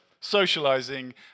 socializing